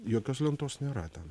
jokios lentos nėra ten